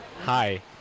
Hi